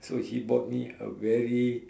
so he bought me a very